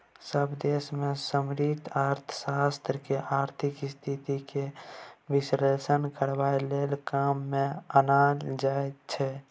सभ देश मे समष्टि अर्थशास्त्र केँ आर्थिक स्थिति केर बिश्लेषण करबाक लेल काम मे आनल जाइ छै